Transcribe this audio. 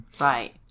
Right